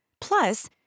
Plus